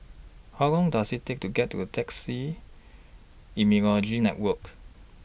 How Long Does IT Take to get to A Taxi Immunology Network